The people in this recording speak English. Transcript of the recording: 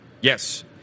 Yes